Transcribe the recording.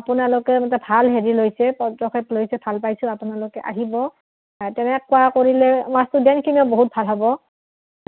আপোনালোকে মে ভাল হেৰি লৈছে পদক্ষেপ লৈছে ভাল পাইছোঁ আপোনালোকে আহিব তেনেকুৱা কৰিলে আমাৰ ষ্টুডেন্টখিনিৰো বহুত ভাল হ'ব